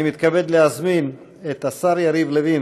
אני מתכבד להזמין את השר יריב לוין,